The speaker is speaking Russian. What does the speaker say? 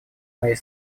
моей